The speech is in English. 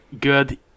good